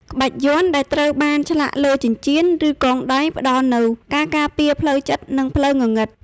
ក្បាច់យ័ន្តដែលត្រូវបានឆ្លាក់លើចិញ្ចៀន ឬកងដៃផ្តល់នូវការការពារផ្លូវចិត្ត និងផ្លូវងងឹង។